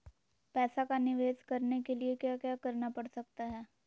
पैसा का निवेस करने के लिए क्या क्या करना पड़ सकता है?